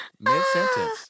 mid-sentence